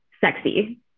sexy